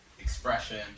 expression